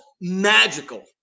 magical